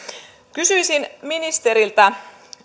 kysyisin ministeriltä